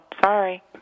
Sorry